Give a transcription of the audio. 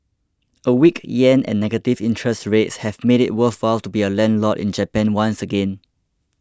a weak yen and negative interest rates have made it worthwhile to be a landlord in Japan once again